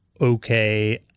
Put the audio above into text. okay